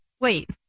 Wait